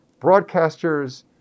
broadcasters